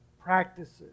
practices